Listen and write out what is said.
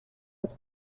with